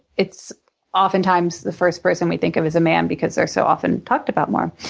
it's oftentimes the first person we think of is a man because they're so often talked about more.